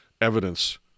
evidence